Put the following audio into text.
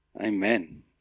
Amen